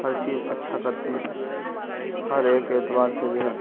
ہر چیز اچھا کرتے ہیں ہر ایک اعتبار سے جو ہے